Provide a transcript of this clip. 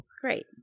Great